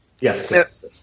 Yes